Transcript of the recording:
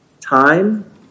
time